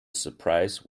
surprise